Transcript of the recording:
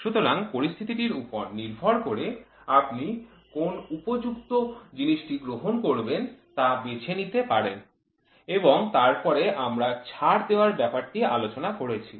সুতরাং পরিস্থিতিটির উপর নির্ভর করে আপনি কোন উপযুক্ত জিনিসটি গ্রহণ করবেন তা বেছে নিতে পারেন এবং তারপরে আমরা ছাড় দেওয়ার ব্যাপারটি আলোচনা করেছি